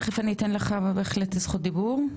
תיכף אני אתן לך בהחלט זכות דיבור.